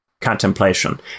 contemplation